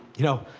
you know,